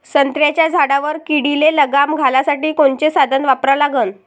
संत्र्याच्या झाडावर किडीले लगाम घालासाठी कोनचे साधनं वापरा लागन?